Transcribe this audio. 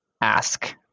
ask